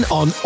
on